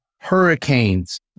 hurricanes